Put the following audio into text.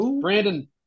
Brandon